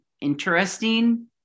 interesting